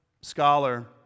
scholar